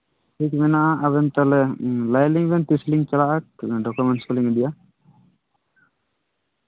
ᱴᱷᱤᱠ ᱢᱮᱱᱟᱜᱼᱟ ᱟᱵᱮᱱ ᱛᱟᱦᱚᱞᱮ ᱞᱟᱹᱭ ᱟᱞᱤᱧ ᱵᱮᱱ ᱛᱤᱥ ᱞᱤᱧ ᱪᱟᱞᱟᱜᱼᱟ ᱰᱚᱠᱚᱢᱮᱱᱥ ᱠᱚᱞᱤᱧ ᱤᱫᱤᱭᱟ